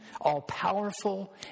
all-powerful